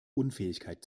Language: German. unfähigkeit